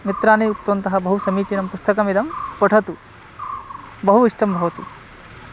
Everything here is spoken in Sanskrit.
मित्राणि उक्तवन्तः बहु समीचीनं पुस्तकम् इदं पठतु बहु इष्टं भवति